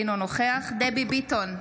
אינו נוכח דבי ביטון,